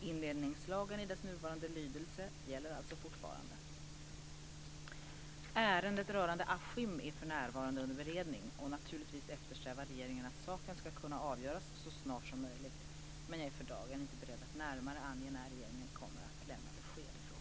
Indelningslagen i dess nuvarande lydelse gäller alltså fortfarande. Ärendet rörande Askim är för närvarande under beredning. Naturligtvis eftersträvar regeringen att saken ska kunna avgöras så snart som möjligt, men jag är för dagen inte beredd att närmare ange när regeringen kommer att lämna besked i frågan.